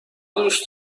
دوست